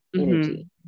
energy